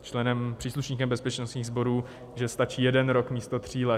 členem, příslušníkem bezpečnostních sborů, že stačí jeden rok místo tří let.